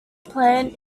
plant